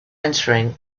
entering